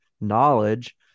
knowledge